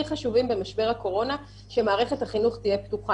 חשובים במשבר הקורונה הוא שמערכת החינוך תהיה פתוחה.